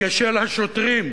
כשל השוטרים.